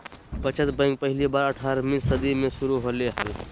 बचत बैंक पहली बार अट्ठारहवीं सदी में शुरू होले हल